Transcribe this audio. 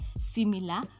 similar